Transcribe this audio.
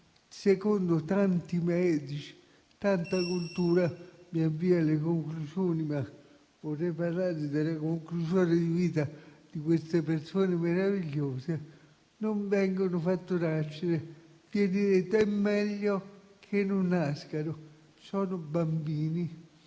di tanti medici e tanta cultura - mi avvio alla conclusone ma vorrei parlare delle condizioni di vita di queste persone meravigliose - non vengono fatti nascere, si ritiene meglio che non nascano. Sono bambini